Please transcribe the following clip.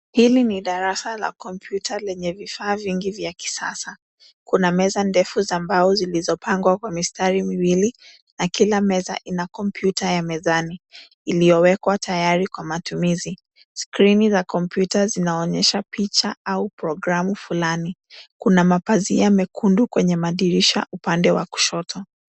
Hili ni darasa la kompyuta lenye vifaa vingi vya kisasa. Kuna meza ndefu za mbao zilizopangwa kwa mistari miwili na kila meza ina kompyuta ya mezani iliyowekwa tayari kwa matumizi. Skrini za kompyuta zinaonyesha picha au programu fulani. Kuna mapazia mekundu kwenye madirisha upande wa kushoto.